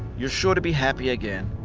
you are sure to be happy again.